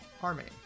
harmony